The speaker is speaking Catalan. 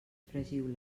fregiu